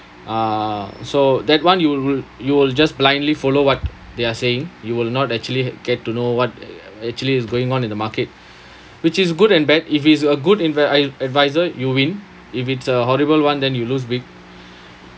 uh so that [one] you will you will just blindly follow what they are saying you will not actually get to know what actually is going on in the market which is good and bad if it's a good invi~ I advisor you win if it's a horrible [one] then you lose big